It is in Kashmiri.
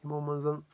یِمو منٛز